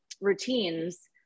routines